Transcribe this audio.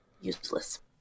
useless